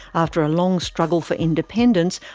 after a long struggle for independence,